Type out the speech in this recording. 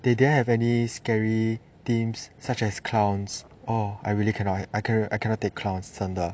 they didn't have any scary themes such as clowns or I really cannot I cannot I cannot take clowns 真的